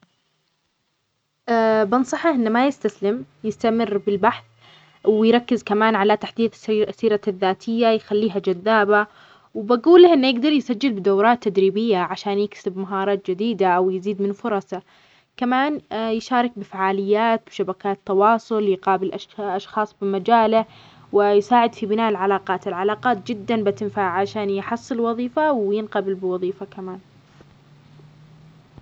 بنصحة أن ما يستسلم، يستمر في البحث، ويركز كمان على تحديث سيرته الذاتيه يخليها جذابه. وبقوله أنه يقدر يسجل بدورات تدريبيه عشان يكسب مهارات جديدة، أو يزيد من فرصه. كمان يشارك فعاليات، وشبكات تواصل، يقابل أشخاص في مجاله، ويساعد في بناء العلاقات، العلاقات جدا بتنفعه عشان يحصل وظيفية، وينقبل بوظيفة كمان.